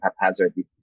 haphazardly